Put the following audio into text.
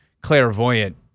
clairvoyant